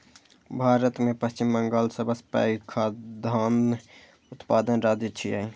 भारत मे पश्चिम बंगाल सबसं पैघ खाद्यान्न उत्पादक राज्य छियै